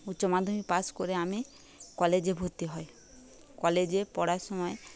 উচ্চমাধ্যমিক পাশ করে আমি কলেজে ভর্তি হয় কলেজে পড়ার সময়